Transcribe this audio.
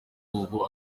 ubu